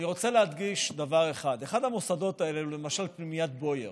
אני רוצה להדגיש דבר אחד: אחד המוסדות האלה הוא למשל פנימיית בויאר.